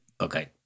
okay